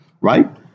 right